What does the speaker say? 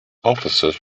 officers